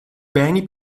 beni